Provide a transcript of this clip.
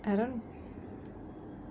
I don't